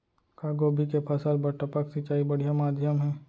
का गोभी के फसल बर टपक सिंचाई बढ़िया माधयम हे?